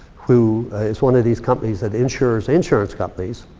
who is one of these companies that insures insurance companies,